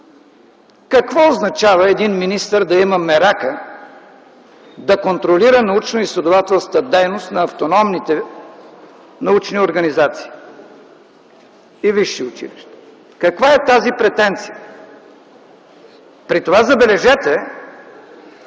Какво означава един министър да има мерака да контролира научноизследователската дейност на автономните научни организации и висши училища? Каква е тази претенция? При това, забележете,